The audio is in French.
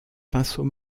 pinceau